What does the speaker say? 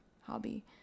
hobby